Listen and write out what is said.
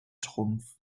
trumpf